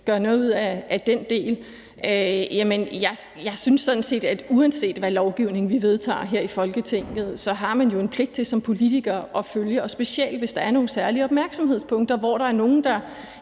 gøre noget ud af den del. Jeg synes sådan set, at uanset hvad vi vedtager af lovgivning her i Folketinget, så har man jo en pligt til som politiker at følge op og specielt, hvis der er nogle særlige opmærksomhedspunkter, hvor der er nogle, der